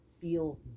feel